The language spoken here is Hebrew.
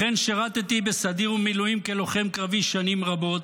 --- לכן שירתי בסדיר ובמילואים כלוחם קרבי שנים רבות,